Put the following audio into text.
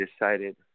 decided